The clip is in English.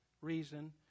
reason